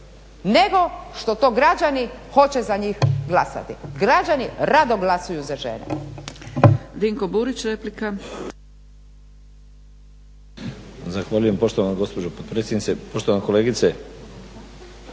nego što to građani hoće za njih glasati. Građani rado glasuju za žene.